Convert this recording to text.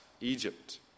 Egypt